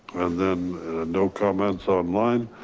then no comments online.